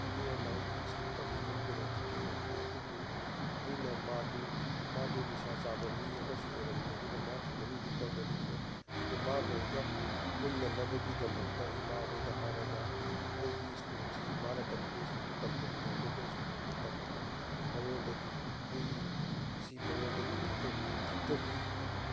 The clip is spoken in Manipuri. ꯃꯤ ꯑꯃ ꯑꯩꯒꯤ ꯁ꯭ꯀꯨꯟ ꯇꯝꯃꯤꯉꯩ ꯄꯦꯔꯣꯠꯇ ꯊꯦꯡꯅꯈꯤ ꯑꯗꯨꯕꯨ ꯑꯩꯅ ꯃꯥꯗꯨ ꯃꯥꯗꯨ ꯅꯤꯁꯥ ꯆꯥꯕ ꯃꯤ ꯑꯃꯁꯨ ꯑꯣꯏꯔꯝꯃꯤ ꯑꯗꯨꯒ ꯃꯍꯥꯛꯀꯤ ꯃꯃꯤꯡꯗꯤ ꯄꯟꯖꯅꯤꯡꯗ꯭ꯔꯦ ꯑꯗꯨ ꯃꯥꯒ ꯑꯩꯒ ꯄꯨꯟꯗꯅꯕꯒꯤꯗꯃꯛꯇ ꯏꯃꯥ ꯍꯣꯏꯗ ꯍꯥꯏꯔꯒ ꯑꯩꯒꯤ ꯁ꯭ꯀꯨꯜꯁꯤ ꯃꯥꯅ ꯇꯝꯃꯤꯕ ꯁ꯭ꯀꯨꯜꯗ ꯇꯝꯗꯕꯤꯗ ꯑꯇꯣꯞꯄ ꯁ꯭ꯀꯨꯜ ꯑꯃꯗ ꯇꯝꯃꯒ ꯃꯉꯣꯟꯗꯒꯤ ꯑꯩꯁꯤ ꯃꯉꯣꯟꯗꯒꯤ ꯊꯥꯞꯊꯣꯛꯈꯤ